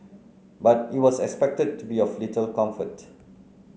but it was expected to be of little comfort